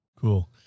Cool